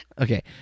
Okay